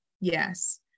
Yes